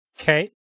Okay